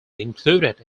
included